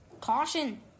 Caution